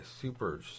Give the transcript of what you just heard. super